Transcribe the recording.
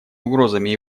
угрозами